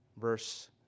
verse